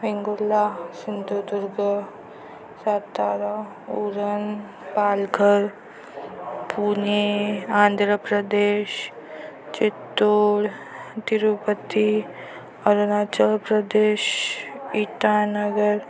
Vengurla Sindhudurg Satara Uran Palghar Pune Andhra Pradesh Chittor Tirupati Arunachal Pradesh Itanagar